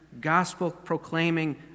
gospel-proclaiming